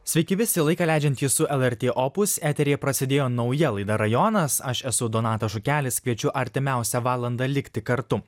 sveiki visi laiką leidžiantys su lrt opus eteryje prasidėjo nauja laida rajonas aš esu donatas žukelis kviečiu artimiausią valandą likti kartu